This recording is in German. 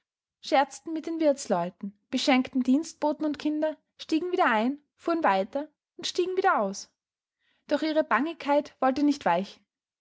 scherzten mit den wirthsleuten beschenkten dienstboten und kinder stiegen wieder ein fuhren weiter und stiegen wieder aus doch ihre bangigkeit wollte nicht weichen